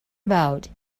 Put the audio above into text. about